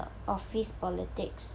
office politics